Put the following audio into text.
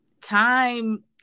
Time